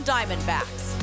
Diamondbacks